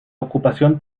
ocupación